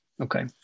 okay